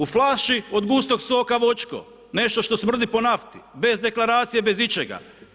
U flaši od gustog soka voćko, nešto što smrdi po nafti, bez deklaracije, bez ičega.